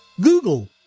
Google